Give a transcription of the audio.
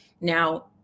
Now